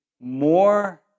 more